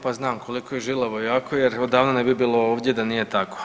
Pa znam koliko je žilavo i jako jer odavna ne bi bilo ovdje da nije tako.